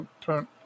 turn